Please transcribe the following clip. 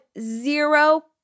zero